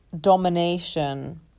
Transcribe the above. domination